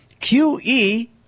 QE